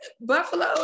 buffalo